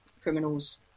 criminals